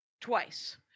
twice